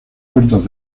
puertas